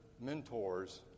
mentors